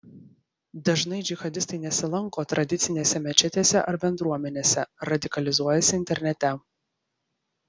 dažnai džihadistai nesilanko tradicinėse mečetėse ar bendruomenėse radikalizuojasi internete